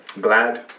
glad